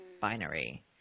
binary